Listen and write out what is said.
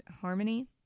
harmony